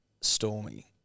Stormy